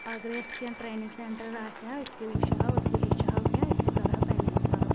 اَگرٔے اَتھ کیٚنٛہہ ٹرٛینِنٛگ سیٚنٹر آسِہ ہا أسۍ تہِ وُچھ ہاو أسۍ تہِ ہیٚچھ ہاو کیٚنٛہہ أسۍ تہِ کَرہاو تَمے حِسابہٕ